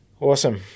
Awesome